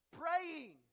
praying